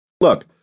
Look